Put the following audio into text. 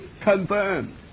confirmed